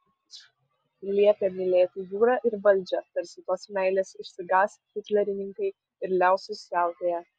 liepė mylėti jūrą ir valdžią tarsi tos meilės išsigąs hitlerininkai ir liausis siautėję